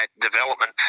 development